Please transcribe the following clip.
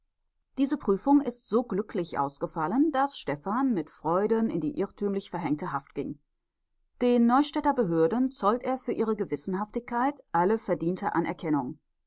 diese prüfung ist so glücklich ausgefallen daß stefan mit freuden in die irrtümlich verhängte haft ging den neustädter behörden zollt er für ihre gewissenhaftigkeit alle verdiente anerkennung